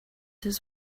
his